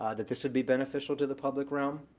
that this would be beneficial to the public realm.